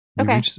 Okay